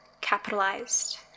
Capitalized